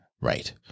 Right